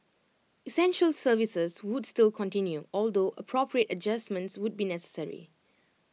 essential services would still continue although appropriate adjustments would be necessary